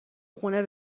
خونه